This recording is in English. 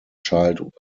child